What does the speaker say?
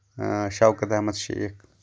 Shaukat Ahmad Sheikh